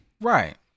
right